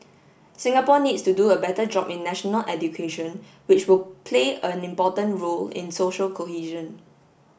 Singapore needs to do a better job in national education which will play an important role in social cohesion